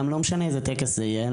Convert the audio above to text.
גם לא משנה איזה טקס זה יהיה,